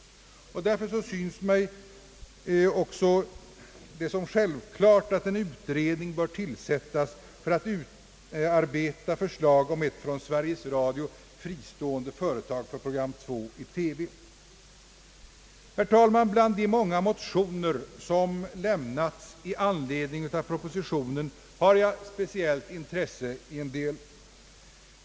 Det synes mig därför självklart att en utredning bör tillsättas för att utarbeta förslag om ett från Sveriges Radio fristående företag för program 2 i TV. Bland de många motioner som har lämnats i anledning av Propositionen hyser jag ett speciellt intresse för en del.